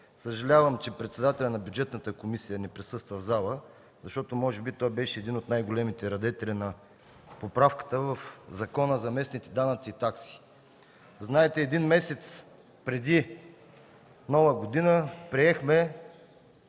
Съжалявам, че председателят на Бюджетната комисия не присъства в залата, защото може би той беше един от най-големите радетели на поправката в Закона за местните данъци и такси. Знаете един месец преди Нова година приехме